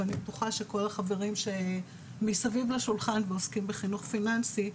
אני בטוחה שכל החברים שמסביב לשולחן ועוסקים בחינוך פיננסי,